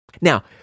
Now